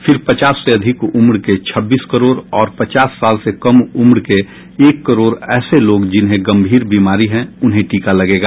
फिर पचास से अधिक उम्र के छब्बीस करोड़ और पचास साल से कम उम्र के एक करोड़ ऐसे लोग जिन्हें गंभीर बीमारी है उन्हें टीका लगेगा